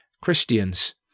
Christians